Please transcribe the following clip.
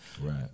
Right